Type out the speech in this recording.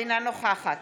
אינה נוכחת